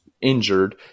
injured